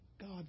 God